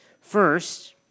First